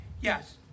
Yes